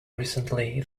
recently